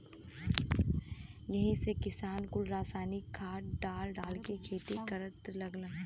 यही से किसान कुल रासायनिक खाद डाल डाल के खेती करे लगलन